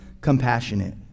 compassionate